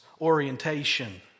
orientation